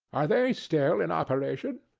are they still in operation?